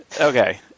okay